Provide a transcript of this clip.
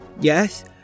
Yes